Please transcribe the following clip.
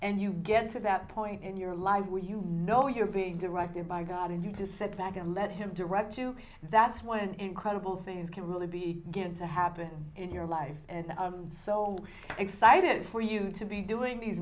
and you get to that point in your life where you know you're being directed by god and you just sit back and let him direct to that's what an incredible things can really be good to happen in your life and so excited for you to be doing these